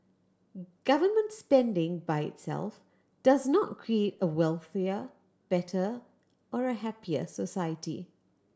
government spending by itself does not create a wealthier better or a happier society